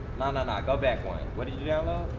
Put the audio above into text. nah, nah, nah, go back one. what did you download?